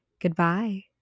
Goodbye